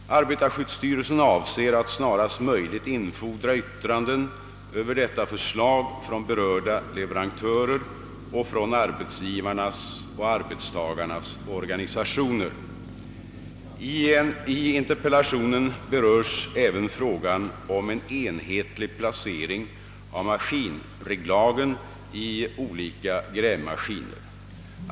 Arbetarskyddsstyrelsen avser att snarast möjligt infordra yttranden över detta förslag från berörda leveran törer och från arbetsgivarnas och arbetstagarnas organisationer. I interpellationen berörs även frågan om en enhetlig placering av maskinreglagen i olika grävmaskiner.